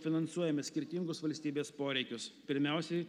finansuojame skirtingus valstybės poreikius pirmiausiai